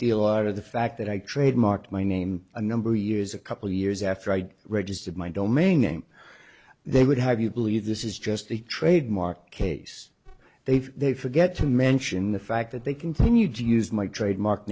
deal out of the fact that i trademarked my name a number of years a couple years after i registered my domain name they would have you believe this is just a trademark case they've they forget to mention the fact that they continued to use my trademark